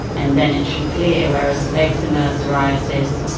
and then it should clear, whereas eczema, psoriasis,